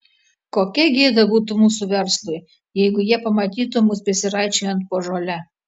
kokia gėda būtų mūsų verslui jeigu jie pamatytų mus besiraičiojant po žolę